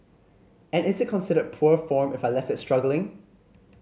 and is it considered poor form if I left it struggling